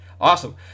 Awesome